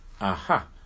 Aha